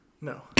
No